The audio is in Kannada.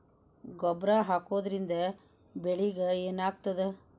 ಗೊಬ್ಬರ ಹಾಕುವುದರಿಂದ ಬೆಳಿಗ ಏನಾಗ್ತದ?